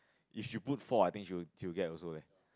it should put for I think she would she would get also leh